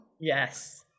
Yes